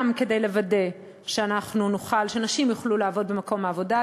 גם כדי לוודא שנשים יוכלו לעבוד במקום העבודה,